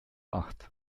acht